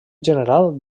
general